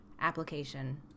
application